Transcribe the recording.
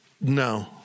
No